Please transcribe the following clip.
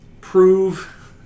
prove